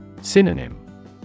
Synonym